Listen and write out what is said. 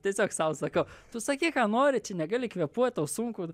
tiesiog sau sakau tu sakyk ką nori čia negali kvėpuot tau sunku